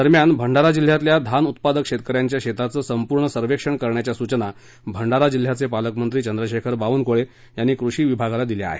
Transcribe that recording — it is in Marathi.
दरम्यान भंडारा जिल्ह्यातल्या धान उत्पादक शेतकऱ्यांच्या शेताचं संपूर्ण सर्वेक्षण करण्याच्या सुचना भंडारा जिल्ह्याचे पालकमंत्री चंद्रशेखर बावनकूळे यांनी कुषी विभागाला दिल्या आहेत